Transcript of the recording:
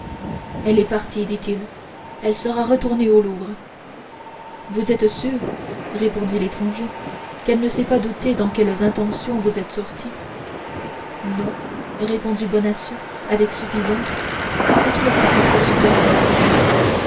elle est partie dit-il elle sera retournée au louvre vous êtes sûr répondit l'étranger qu'elle ne s'est pas doutée dans quelles intentions vous êtes sorti non répondit bonacieux avec suffisance c'est une femme trop superficielle